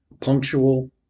punctual